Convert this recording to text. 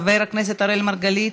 חבר הכנסת אראל מרגלית,